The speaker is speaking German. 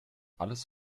alles